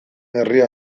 herria